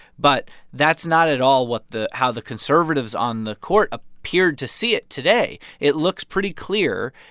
but that's not at all what the how the conservatives on the court appeared to see it today. it looks pretty clear.